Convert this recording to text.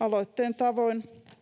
rajoittaa